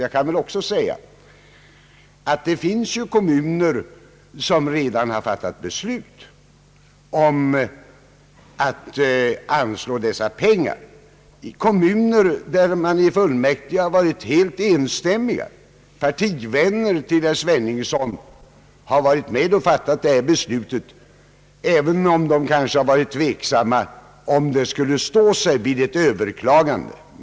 Jag kan också säga att det finns kommuner som redan beslutat om att anslå medel till liknande ändamål, kommuner där man i fullmäktige varit helt enig. Partivänner till herr Sveningsson har varit med och fattat sådana beslut även om de kanske varit tveksamma huruvida dessa skulle stå sig vid ett överklagande.